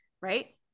Right